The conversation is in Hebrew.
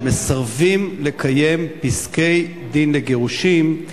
שמסרבים לקיים פסקי-דין לגירושין,